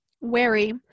Wary